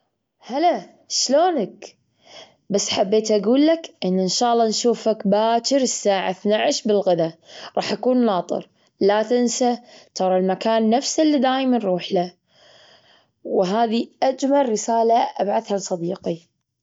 هلا شلونك؟ بس حبيت أجولك إنه إن شاء الله نشوفك باشر الساعة اثنى عشر بالغذاء. رح اكون ناطر، لا تنسى، ترى المكان نفسه اللي دايما نروح له. وهذه أجمل رسالة أبعثها لصديقي.